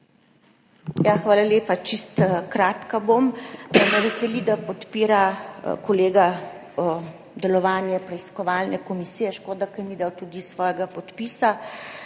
Hvala lepa. Čisto kratka bom. Me veseli, da kolega podpira delovanje preiskovalne komisije. Škoda, ker ni dal tudi svojega podpisa,